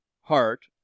heart